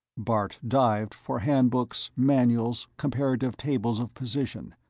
bart dived for handbooks, manuals, comparative tables of position,